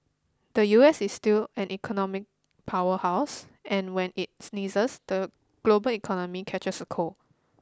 the U S is still an economic power house and when it sneezes the global economy catches a cold